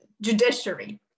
judiciary